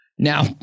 Now